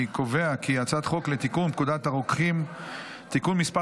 אני קובע כי הצעת חוק לתיקון פקודת הרוקחים (תיקון מס'